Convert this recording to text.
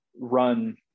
run